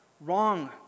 Wrong